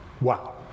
Wow